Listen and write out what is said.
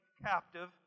captive